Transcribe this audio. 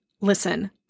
listen